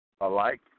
alike